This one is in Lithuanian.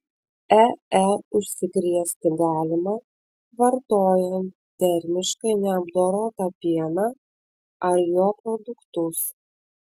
ee užsikrėsti galima vartojant termiškai neapdorotą pieną ar jo produktus